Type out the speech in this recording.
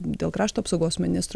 dėl krašto apsaugos ministro